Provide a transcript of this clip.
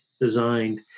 designed